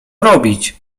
robić